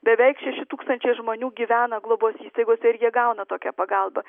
beveik šeši tūkstančiai žmonių gyvena globos įstaigose ir jie gauna tokią pagalbą